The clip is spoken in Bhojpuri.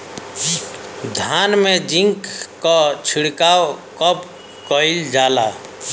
धान में जिंक क छिड़काव कब कइल जाला?